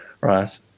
Right